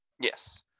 Yes